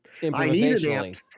Improvisationally